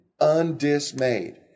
undismayed